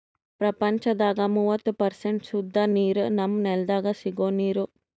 ಪ್ರಪಂಚದಾಗ್ ಮೂವತ್ತು ಪರ್ಸೆಂಟ್ ಸುದ್ದ ನೀರ್ ನಮ್ಮ್ ನೆಲ್ದಾಗ ಸಿಗೋ ನೀರ್